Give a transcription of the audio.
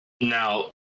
Now